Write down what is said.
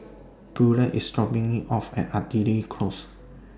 Beulah IS dropping Me off At Artillery Close